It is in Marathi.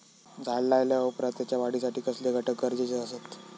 झाड लायल्या ओप्रात त्याच्या वाढीसाठी कसले घटक गरजेचे असत?